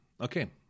okay